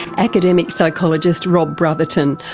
academic psychologist rob brotherton,